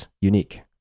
unique